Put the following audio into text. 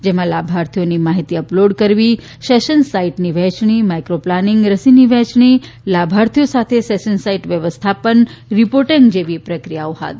જેમાં લાભાર્થીઓની માહિતી અપલોડ કરવી સેશન સાઈટની વહેચણી માઈક્રી પ્લાનિંગ રસીની વહેંચણી લાભાર્થીઓ સાથે સેશન સાઈટ વ્યવસ્થાપન રિપોર્ટિંગ વિગેરે જેવી પ્રક્રિયાઓ દ્વારા ધરાઈ હતી